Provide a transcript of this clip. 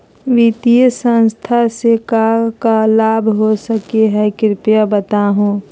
वित्तीय संस्था से का का लाभ हो सके हई कृपया बताहू?